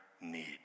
need